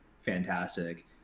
fantastic